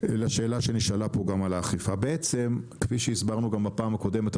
לשאלה שנשאלה פה על האכיפה כפי שהסברנו גם בפעם הקודמת,